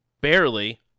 Barely